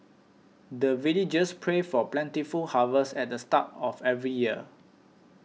the villagers pray for plentiful harvest at the start of every year